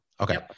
Okay